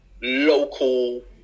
local